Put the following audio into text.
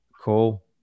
Cool